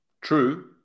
true